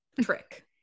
trick